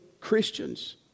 Christians